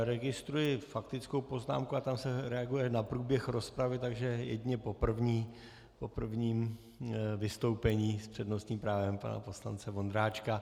Registruji faktickou poznámku, a tam se reaguje na průběh rozpravy, takže jedině po prvním vystoupení s přednostním právem pana poslance Vondráčka.